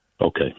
Okay